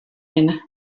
rinne